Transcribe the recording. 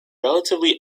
relatively